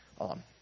on